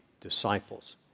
disciples